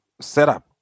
setup